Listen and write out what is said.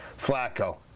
Flacco